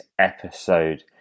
episode